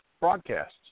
broadcasts